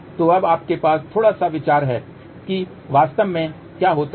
तो अब आपके पास थोड़ा सा विचार है कि वास्तव में क्या होता है